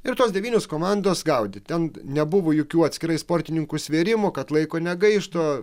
ir tos devynios komandos gaudė ten nebuvo jokių atskirai sportininkų svėrimo kad laiko negaištų